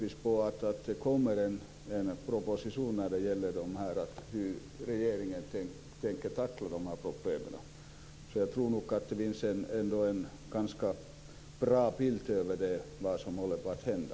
Vi väntar på en proposition om hur regeringen tänker tackla de här problemen. Jag tror alltså att vi har en ganska bra bild av vad som håller på att hända.